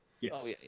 yes